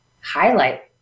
highlight